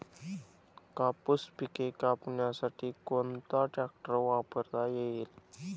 कापूस पिके कापण्यासाठी कोणता ट्रॅक्टर वापरता येईल?